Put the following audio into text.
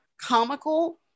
comical